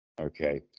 Okay